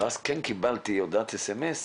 ואז כן קיבלתי הודעת סמס